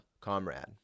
comrade